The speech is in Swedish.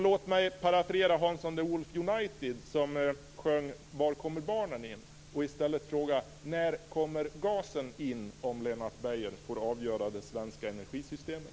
Låt mig parafrasera Hansson de Wolfe United, som sjöng Var kommer barnen in?, och i stället fråga: När kommer gasen in, om Lennart Beijer får avgöra, i det svenska energisystemet?